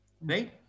Right